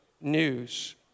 news